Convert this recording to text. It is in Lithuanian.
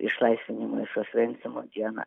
išlaisvinimo iš osvencimo dieną